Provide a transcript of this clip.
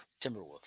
Timberwolf